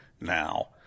now